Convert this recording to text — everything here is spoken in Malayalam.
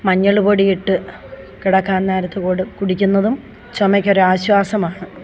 മഞ്ഞൾ പൊടി ഇട്ട് കിടക്കാൻ നേരത്ത് കൊടുക്കും കുടിക്കുന്നതും ചുമക്ക് ഒരാശ്വാസമാണ്